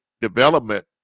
development